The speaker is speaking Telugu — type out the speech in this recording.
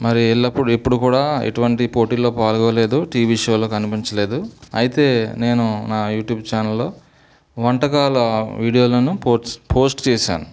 మరి ఎల్లప్పుడు ఎప్పుడు కూడా ఎటువంటి పోటీల్లో పాల్గొనలేదు టీవీ షోలో కనిపించలేదు అయితే నేను నా యూట్యూబ్ ఛానల్లో వంటకాల వీడియోలు పోస్ట్ పోస్ట్ చేశాను